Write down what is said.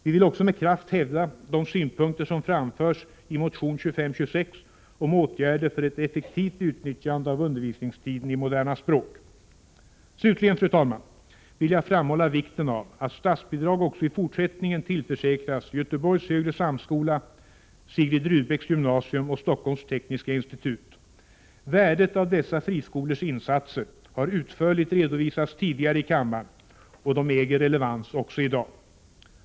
Vi vill också med kraft hävda de synpunkter som framförs i motion 2526 om åtgärder för ett effektivt utnyttjande av undervisningstiden i moderna språk. Slutligen, fru talman, vill jag framhålla vikten av att statsbidrag också i fortsättningen tillförsäkras Göteborgs högre samskola, Sigrid Rudbecks gymnasium och Stockholms tekniska institut. Värdet av dessa friskolors insatser har utförligt redovisats tidigare i kammaren, och det äger relevans också i dag.